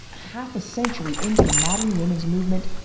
half a century into the modern women's movement,